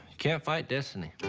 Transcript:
can't fight destiny.